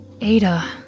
Ada